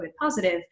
positive